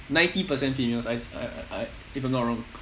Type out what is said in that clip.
ninety percent females I I I if I'm not wrong